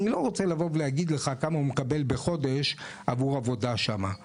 אני לא רוצה להגיד לך כמה הוא מקבל בחודש עבור עבודה שמה.